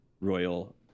royal